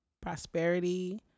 Prosperity